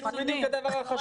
זה הדבר החשוב פה.